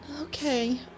Okay